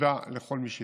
תודה לכל מי שסייע,